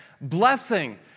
Blessing